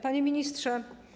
Panie Ministrze!